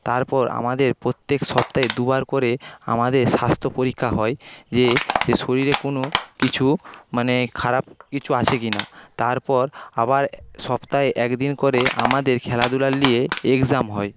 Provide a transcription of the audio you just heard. তারপর আমাদের প্রত্যেক সপ্তাহে দু বার করে আমাদের স্বাস্থ্য পরীক্ষা হয় যে যে শরীরে কোনও কিছু মানে খারাপ কিছু আছে কিনা তারপর আবার সপ্তাহে একদিন করে আমাদের খেলাধূলা নিয়ে এক্সাম হয়